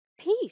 peace